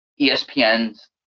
ESPN's